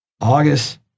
August